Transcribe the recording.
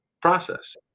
process